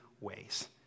ways